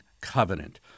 covenant